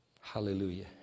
Hallelujah